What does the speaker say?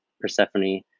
Persephone